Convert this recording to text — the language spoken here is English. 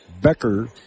Becker